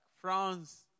France